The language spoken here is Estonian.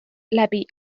läbi